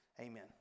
Amen